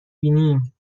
بینیم